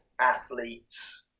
athletes